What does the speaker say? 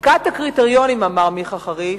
בדיקת הקריטריונים, אמר מיכה חריש,